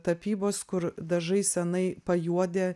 tapybos kur dažai senai pajuodę